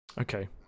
Okay